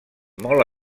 molt